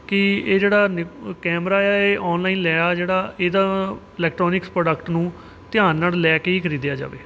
ਕਿ ਇਹ ਨਿ ਕੈਮਰਾ ਆ ਇਹ ਔਨਲਾਈਨ ਲਿਆ ਜਿਹੜਾ ਇਹਦਾ ਇਲੈਕਟਰੋਨਿਕਸ ਪ੍ਰੋਡਕਟ ਨੂੰ ਧਿਆਨ ਨਾਲ ਲੈ ਕੇ ਹੀ ਖਰੀਦਿਆ ਜਾਵੇ